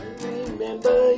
remember